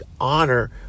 honor